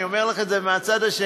אני אומר לך את זה מהצד השני.